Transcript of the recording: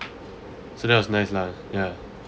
so that was nice lah ya